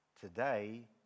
today